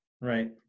right